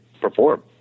perform